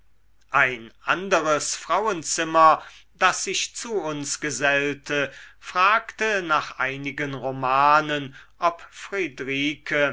ein anderes frauenzimmer das sich zu uns gesellte fragte nach einigen romanen ob friedrike